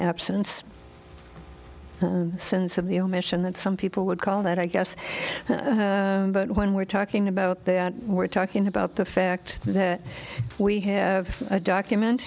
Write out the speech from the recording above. absence since of the omission that some people would call that i guess but when we're talking about that we're talking about the fact that we have a document